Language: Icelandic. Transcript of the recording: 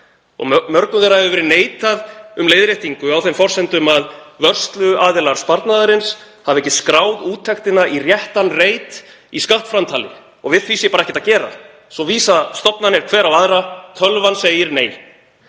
Mörgum þeirra hefur verið neitað um leiðréttingu á þeim forsendum að vörsluaðilar sparnaðarins hafi ekki skráð úttektina í réttan reit í skattframtalið og við því sé bara ekkert að gera. Svo vísa stofnanir hver á aðra. Tölvan segir nei.